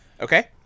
Okay